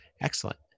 Excellent